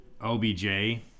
OBJ